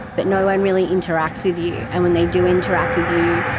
but no one really interacts with you, and when they do interact with you,